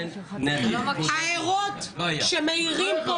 ההערות שמעירים פה,